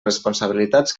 responsabilitats